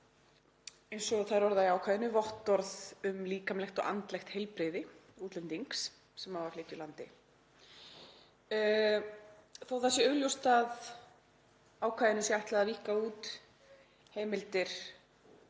eins og það er orðað í ákvæðinu: vottorð um líkamlegt og andlegt heilbrigði útlendings sem á að flytja úr landi. Þó að það sé augljóst að ákvæðinu sé ætlað að víkka út heimildir